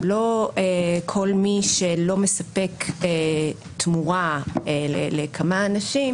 לא כל מי שלא מספק תמורה לכמה אנשים,